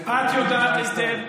את יודעת היטב,